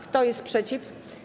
Kto jest przeciw?